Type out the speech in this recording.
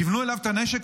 כיוונו אליו את הנשק,